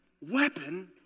weapon